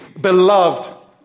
Beloved